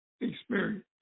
experience